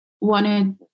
wanted